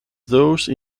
those